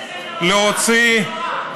איזה נאורה?